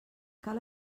cal